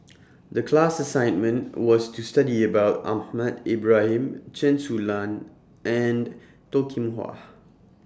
The class assignment was to study about Ahmad Ibrahim Chen Su Lan and Toh Kim Hwa